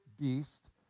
beast